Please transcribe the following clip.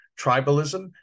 Tribalism